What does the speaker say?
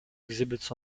exhibits